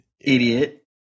Idiot